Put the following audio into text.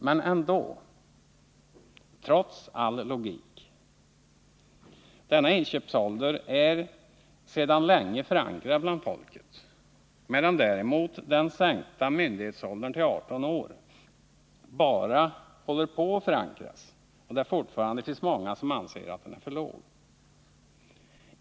Men ändå — trots all logik — är denna inköpsålder sedan länge förankrad bland folket, medan däremot den sänkta myndighetsåldern till 18 år bara håller på att förankras och av många fortfarande anses för låg.